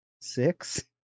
six